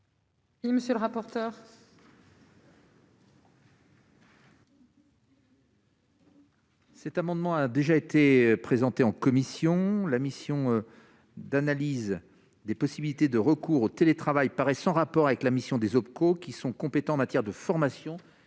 Il monsieur le rapporteur.